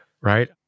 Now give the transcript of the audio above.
right